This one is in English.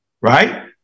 Right